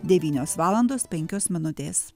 devynios valandos penkios minutės